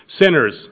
Sinners